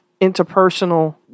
interpersonal